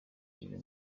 iyo